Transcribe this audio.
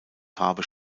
farbe